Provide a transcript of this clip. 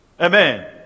Amen